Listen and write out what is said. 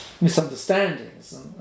misunderstandings